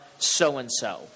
so-and-so